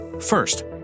First